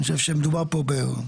אני חושב שמדובר פה באנשים,